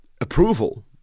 approval